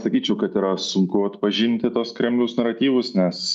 sakyčiau kad yra sunku atpažinti tuos kremliaus naratyvus nes